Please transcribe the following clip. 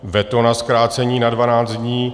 Veto na zkrácení na 12 dní.